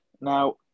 Now